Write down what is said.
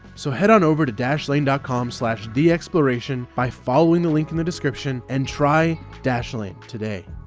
so head on over to dashlane dot com slash theexploration by following the link in the description and try dashlane today.